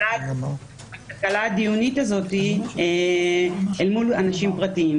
בתקלה הדיונית הזאת מול אנשים פרטיים.